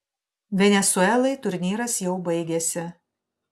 venesuelai turnyras jau baigėsi